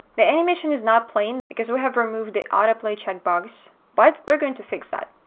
the animation is not playing because we have removed the autoplay checkbox, but we're going to fix that.